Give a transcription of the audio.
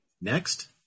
Next